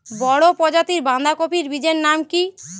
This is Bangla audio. বড় প্রজাতীর বাঁধাকপির বীজের নাম কি?